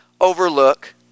overlook